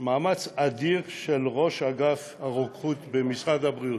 מאמץ אדיר של ראש אגף הרוקחות במשרד הבריאות,